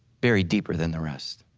buried deeper than the rest.